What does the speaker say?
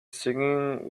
singing